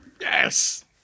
Yes